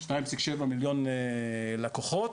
2.7 מיליון לקוחות.